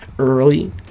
Early